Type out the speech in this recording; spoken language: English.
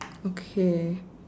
okay